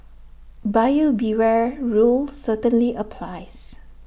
buyer beware rule certainly applies